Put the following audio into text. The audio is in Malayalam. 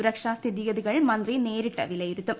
സുരക്ഷാ സ്ഥിതിഗതികൾ മന്ത്രി നേരിട്ട് വിലയിരുത്തും